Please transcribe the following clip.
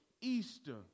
Easter